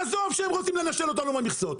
עזוב שהם רוצים לנשל אותנו מהמכסות,